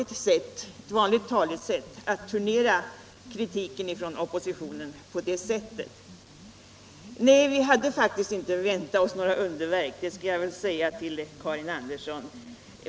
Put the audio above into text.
Det har ju blivit vanligt att turnera kritiken från oppositionen på det sättet. Nej, vi hade faktiskt inte väntat oss några underverk — det skall jag väl säga till Karin Andersson.